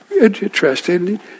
interesting